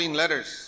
letters